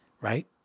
right